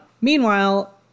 Meanwhile